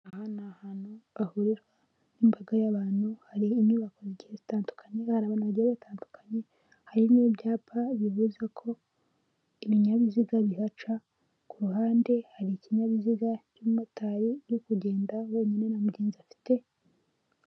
Aha ni ahantu hahurirwa n'imbaga y'abantu, hari inyubako zitandukanye, hari abantu bagiye batandukanye, hari n'ibyapa bibuza ko ibinyabiziga bihaca, ku ruhande hari ikinyabiziga cy'umumotari ari kugenda wenyine na mugenzi afite.